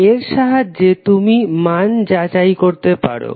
এর সাহায্যে তুমি মান যাচাই করতে পারো